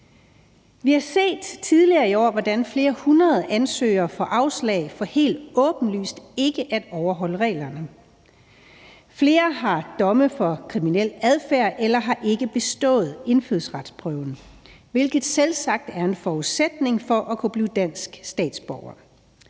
Vi har set tidligere i år, hvordan flere hundrede ansøgere får afslag for helt åbenlyst ikke at overholde reglerne. Flere har domme for kriminel adfærd eller har ikke bestået indfødsretsprøven, hvilket selvsagt er en forudsætning for at kunne blive dansk statsborger.